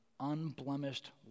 unblemished